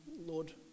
Lord